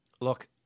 look